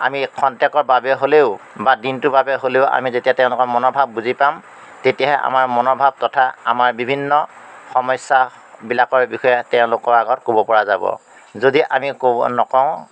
আমি খন্তেকৰ বাবে হ'লেও বা দিনটোৰ বাবে হ'লেও আমি যেতিয়া তেওঁলোকৰ মনৰ ভাৱ বুজি পাম তেতিয়াহে আমাৰ মনোভাৱ তথা আমাৰ বিভিন্ন সমস্যাবিলাকৰ বিষয়ে তেওঁলোকৰ আগত ক'ব পৰা যাব যদি আমি ক'ব নকওঁ